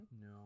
no